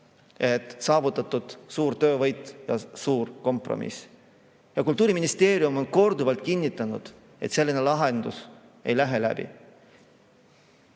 et saavutatud on suur töövõit ja suur kompromiss. Kultuuriministeerium on korduvalt kinnitanud, et selline lahendus ei lähe läbi.